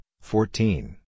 fourteen